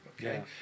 okay